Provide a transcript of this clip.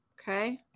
Okay